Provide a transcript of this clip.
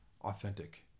authentic